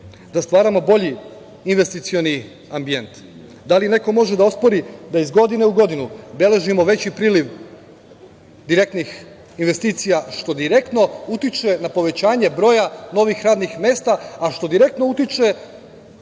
da stvaramo bolji investicioni ambijent? Da li neko može da ospori da iz godine u godinu beležimo veći priliv direktnih investicija što direktno utiče na povećanje broja novih radnih mesta, a što direktno utiče